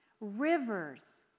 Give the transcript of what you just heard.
Rivers